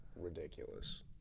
ridiculous